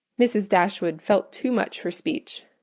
mrs. dashwood felt too much for speech,